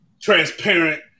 transparent